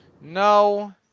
No